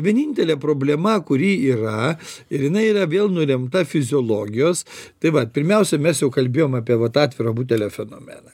vienintelė problema kuri yra ir jinai yra vėl nulemta fiziologijos tai vat pirmiausia mes jau kalbėjom apie vat atviro butelio fenomeną